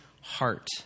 heart